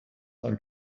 ein